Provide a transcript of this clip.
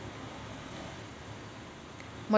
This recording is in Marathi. मले मोबाईल रिचार्ज ऑनलाईन करता येईन का?